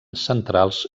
centrals